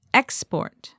export